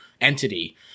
entity